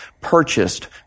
purchased